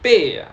备 ah